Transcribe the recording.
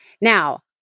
Now